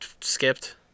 skipped